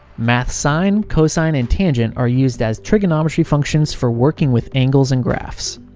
math sine, cosine, and tangent, are used as trigonometry functions for working with angles and graphs.